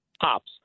cops